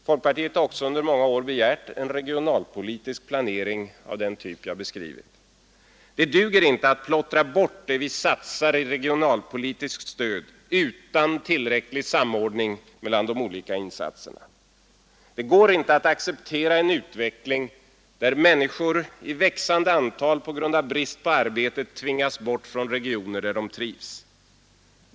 Folkpartiet har också under många år begärt en regionalpolitisk planering av den typ jag beskrivit. Det duger inte att plottra bort det vi satsar i regionalpolitiskt stöd utan tillräcklig samordning av de olika insatserna. Det går inte att acceptera en utveckling, där människor i växande antal på grund av brist på arbete tvingas bort från regioner där de trivs.